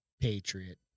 Patriot